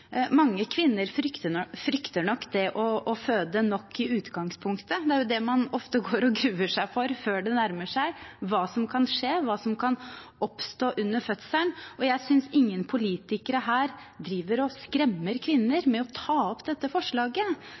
Mange kvinner frykter nok det å føde i utgangspunktet. Det er ofte det man går og gruer seg for når det nærmer seg – hva som kan skje, hva som kan oppstå under fødselen – og jeg synes ingen politikere her driver og skremmer kvinner ved å ta opp dette forslaget.